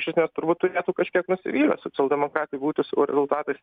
iš esmės turbūt turėtų kažkiek nusivylę socialdemokratai būti savo rezultatais